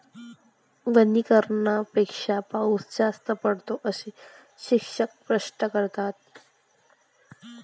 वनीकरणापेक्षा पाऊस जास्त पडतो, असे शिक्षक स्पष्ट करतात